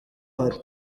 bahari